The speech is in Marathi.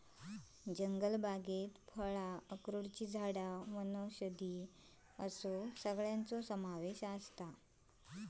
जंगलबागेत फळां, अक्रोडची झाडां वनौषधी असो सगळ्याचो समावेश जाता